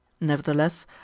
Nevertheless